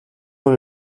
dans